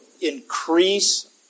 Increase